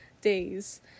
days